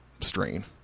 strain